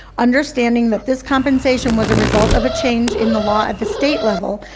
understanding that this compensation was a result of a change in the law at the state level,